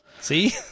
See